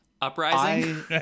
Uprising